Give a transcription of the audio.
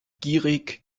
gierig